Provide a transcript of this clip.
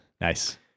Nice